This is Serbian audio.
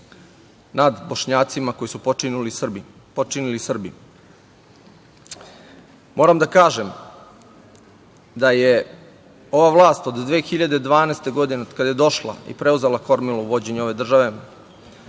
nad Bošnjacima koje su počinili Srbi. Moram da kažem da je ova vlast od 2012. godine, od kada je došla i preuzela kormilo vođenja ove države